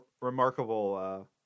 remarkable